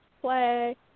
play